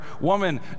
Woman